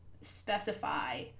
specify